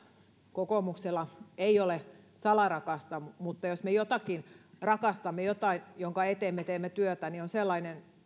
kokoomuksella ei ole salarakasta mutta jos me jotakin rakastamme ja jonkin eteen teemme työtä niin se on sellainen